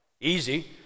Easy